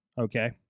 okay